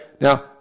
Now